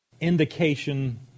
indication